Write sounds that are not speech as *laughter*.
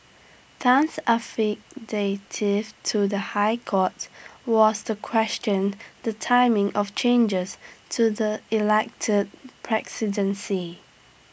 Tan's *unintelligible* to the High Court was to question the timing of changes to the elected presidency